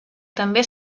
també